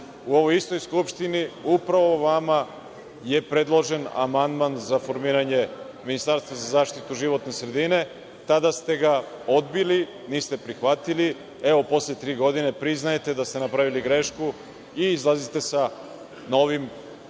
u ovoj istoj Skupštini upravo vama je predložen amandman za formiranje ministarstva za zaštitu životne sredine. Tada ste ga odbili, niste ga prihvatili. Evo, posle tri godine priznajete da ste napravili grešku i izlazite sa novim